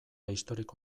historiko